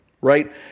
right